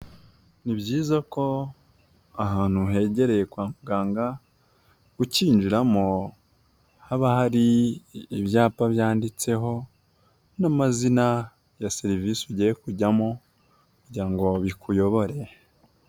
Ni byiza ko ahantu hegereye kwa muganga ukinyinjiramo haba hari ibyapa byanditseho n'amazina ya serivisi ugiye kujyamo kugira ngo bikuyobore.